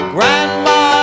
Grandma